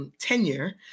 Tenure